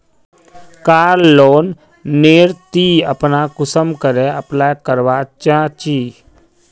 कार loan नेर ती अपना कुंसम करे अप्लाई करवा चाँ चची?